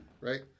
Right